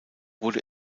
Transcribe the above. wurde